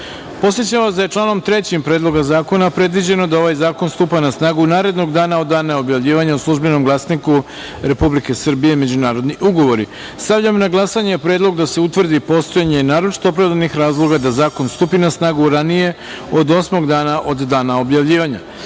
vas da je članom 3. Predloga zakona predviđeno da ovaj zakon stupa na snagu narednog dana od dana objavljivanja u „Službenom glasniku Republike Srbije - Međunarodni ugovori“.Stavljam na glasanje predlog da se utvrdi postojanje naročito opravdanih razloga da zakon stupi na snagu ranije od osmog dana od dana objavljivanja. Molim